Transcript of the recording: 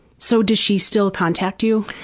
so does she still contact you?